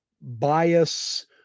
bias